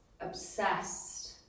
obsessed